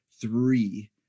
three